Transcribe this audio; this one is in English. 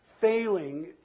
failing